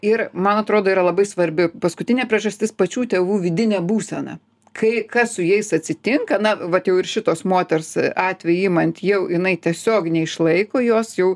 ir man atrodo yra labai svarbi paskutinė priežastis pačių tėvų vidinė būsena kai kas su jais atsitinka na vat jau ir šitos moters atvejį imant jau jinai tiesiog neišlaiko jos jau